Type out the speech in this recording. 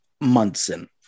Munson